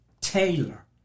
Taylor